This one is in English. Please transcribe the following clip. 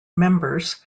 members